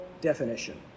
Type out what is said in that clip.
definition